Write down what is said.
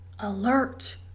alert